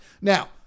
Now